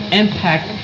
impact